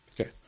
Okay